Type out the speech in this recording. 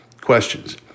questions